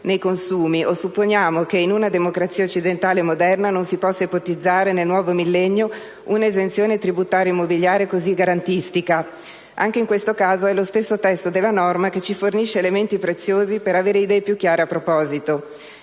nei consumi; o supponiamo che in una democrazia occidentale moderna non si possa ipotizzare nel nuovo millennio una esenzione tributario-immobiliare cosi garantistica? Anche in questo caso è lo stesso testo della norma che ci fornisce elementi preziosi per avere idee più chiare a proposito.